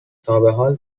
تابحال